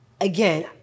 again